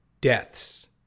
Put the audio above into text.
deaths